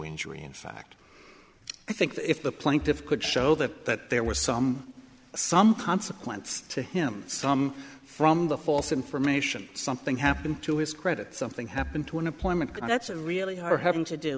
injury in fact i think if the plaintiffs could show that there was some some consequence to him some from the false information something happened to his credit something happened to an appointment that's really are having to do